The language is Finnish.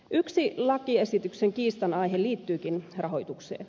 yksi lakiesityksen kiistanaihe liittyykin rahoitukseen